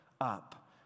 up